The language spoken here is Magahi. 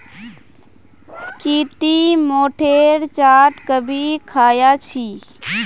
की टी मोठेर चाट कभी ख़या छि